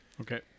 Okay